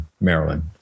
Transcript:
Maryland